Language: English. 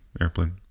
Airplane